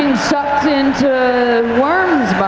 sucked into worms' but